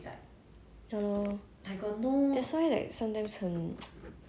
cause like 我跟我的 like 姐姐弟弟我们已经长大了 [what]